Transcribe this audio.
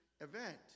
event